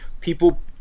people